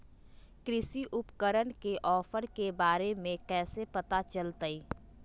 कृषि उपकरण के ऑफर के बारे में कैसे पता चलतय?